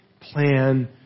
plan